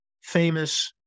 famous